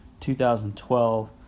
2012